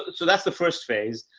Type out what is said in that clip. so that's the first phase.